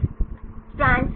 strands